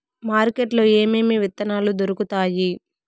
market లో ఏమేమి విత్తనాలు దొరుకుతాయి